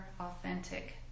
authentic